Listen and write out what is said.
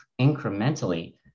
incrementally